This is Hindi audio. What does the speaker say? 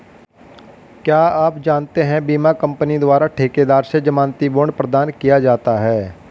क्या आप जानते है बीमा कंपनी द्वारा ठेकेदार से ज़मानती बॉण्ड प्रदान किया जाता है?